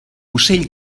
ocell